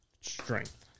strength